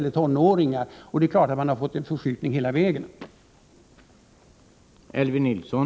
Men då har man självfallet fått en förskjutning hela vägen.